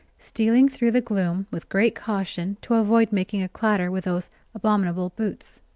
stealing through the gloom with great caution to avoid making a clatter with those abominable boots.